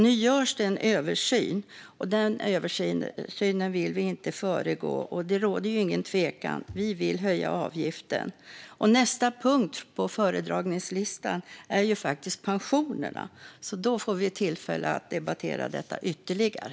Nu görs det en översyn, och den översynen vill vi inte föregripa. Det råder ingen tvekan om att vi vill höja avgiften. Nästa punkt på föredragningslistan är en debatt om pensionerna. Då får vi tillfälle att debattera detta ytterligare.